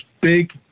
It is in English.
big